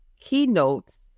keynotes